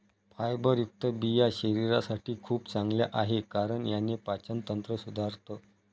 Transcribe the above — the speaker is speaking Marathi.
फायबरयुक्त बिया शरीरासाठी खूप चांगल्या आहे, कारण याने पाचन तंत्र सुधारतं